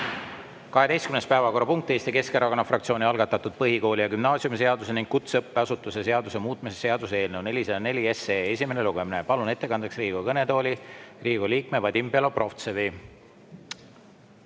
12. päevakorrapunkt: Eesti Keskerakonna fraktsiooni algatatud põhikooli- ja gümnaasiumiseaduse ning kutseõppeasutuse seaduse muutmise seaduse eelnõu 404 esimene lugemine. Palun ettekandeks Riigikogu kõnetooli Riigikogu liikme Vadim Belobrovtsevi.